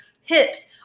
hips